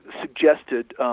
suggested